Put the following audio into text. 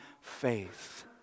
faith